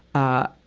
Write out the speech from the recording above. ah,